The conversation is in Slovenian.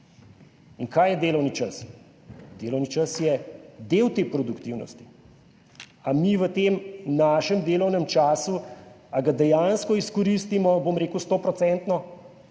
In kaj je delovni čas? Delovni čas je del te produktivnosti ali mi v tem našem delovnem času ali ga dejansko izkoristimo, bom rekel, 100